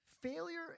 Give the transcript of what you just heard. failure